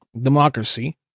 Democracy